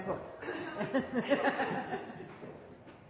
godt hovedspørsmål og